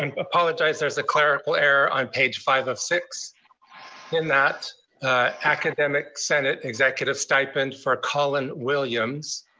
and apologize, there's a clerical error on page five of six in that academic senate executive stipend for colin williams,